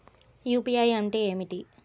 UPI అంటే ఏమిటీ?